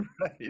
right